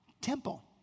temple